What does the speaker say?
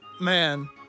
man